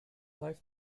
life